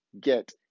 get